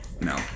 No